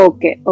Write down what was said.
Okay